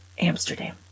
Amsterdam